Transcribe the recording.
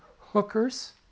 hookers